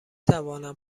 توانم